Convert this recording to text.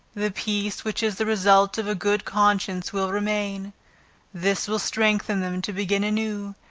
the peace which is the result of a good conscience will remain this will strengthen them to begin anew,